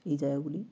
এই জায়গাগুলি